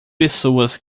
pessoas